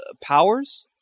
Powers